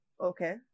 okay